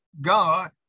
God